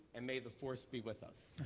and may the force be with us.